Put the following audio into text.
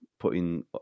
putting